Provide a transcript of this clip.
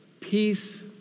peace